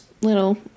little